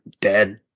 dead